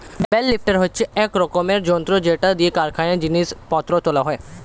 bell lifter হচ্ছে এক রকমের যন্ত্র যেটা দিয়ে কারখানায় জিনিস পত্র তোলা হয়